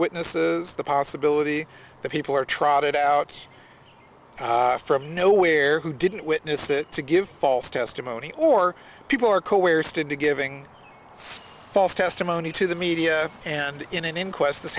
witnesses the possibility that people are trotted out from nowhere who didn't witness it to give false testimony or people are coerced into giving false testimony to the media and in an inquest this